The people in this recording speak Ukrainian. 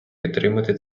підтримати